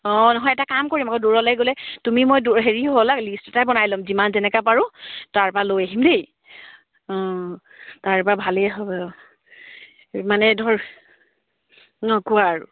অঁ নহয় এটা কাম কৰিম আকৌ দূৰলৈ গ'লে তুমি মই দ হেৰি হ'ল লিষ্ট এটাই বনাই ল'ম যিমান যেনেকৈ পাৰোঁ তাৰপৰা লৈ আহিম দেই অঁ তাৰপৰা ভালেই হ'ব মানে ধৰ অঁ কোৱা আৰু